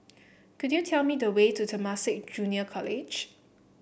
could you tell me the way to Temasek Junior College